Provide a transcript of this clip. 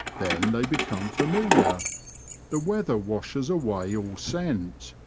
then, they become familiar the weather washes away all scent,